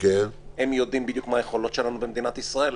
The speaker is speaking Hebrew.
הם יודעים בדיוק מה היכולות שלנו במדינת ישראל,